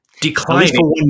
declining